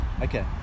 Okay